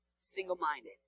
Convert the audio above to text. single-minded